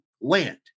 land